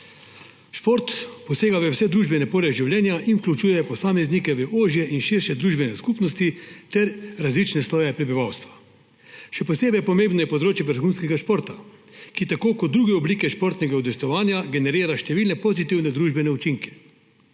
Šport posega v vse družbene pore življenja in vključuje posameznike v ožje in širše družbene skupnosti ter različne sloje prebivalstva. Še posebej pomembno je področje vrhunskega športa, ki tako kot druge oblike športnega udejstvovanja generira številne pozitivne družbene učinke.